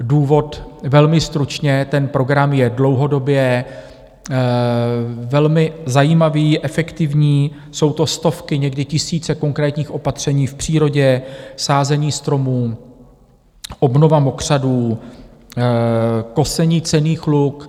Důvod velmi stručně, ten program je dlouhodobě velmi zajímavý, efektivní, jsou to stovky, někdy tisíce konkrétních opatření v přírodě sázení stromů, obnova mokřadů, kosení cenných luk.